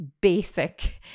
basic